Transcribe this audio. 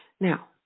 Now